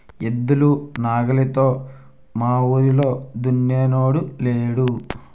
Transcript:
ఎద్దులు నాగలితో మావూరిలో దున్నినోడే లేడు